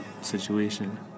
situation